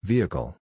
Vehicle